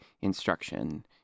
instruction